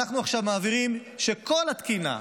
אנחנו עכשיו מעבירים שכל התקינה,